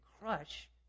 crush